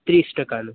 ત્રીસ ટકાનું